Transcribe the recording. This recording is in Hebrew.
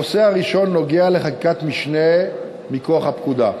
הנושא הראשון נוגע לחקיקת משנה מכוח הפקודה.